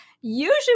usually